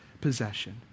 possession